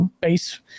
base